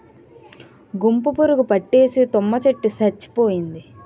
గుంపు పురుగు పట్టేసి తుమ్మ చెట్టు సచ్చిపోయింది